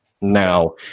now